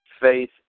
faith